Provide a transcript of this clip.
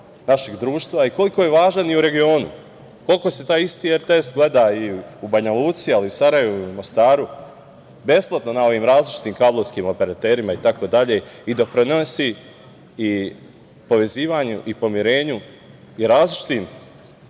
našeg društva i koliko je važan i u regionu, koliko se taj isti RTS gleda i u Banjaluci, ali i u Sarajevu, Mostaru, besplatno na ovim različitim kablovskim operaterima itd. i doprinosi povezivanju i poverenju i različitim